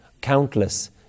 countless